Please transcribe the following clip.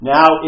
Now